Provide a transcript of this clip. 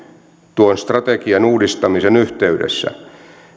tuon strategian uudistamisen yhteydessä